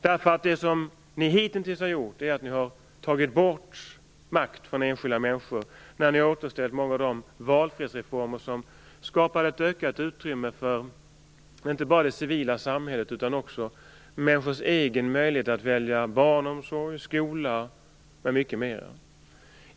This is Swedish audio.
Det som ni hitintills har gjort är att ni har tagit bort makt från enskilda människor, ni har återställt många av de välfärdsreformer som skapade ett ökat utrymme för inte bara det civila samhället utan också för människors egen möjlighet att välja barnomsorg, skola, m.m.